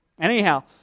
Anyhow